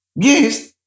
Yes